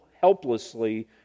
helplessly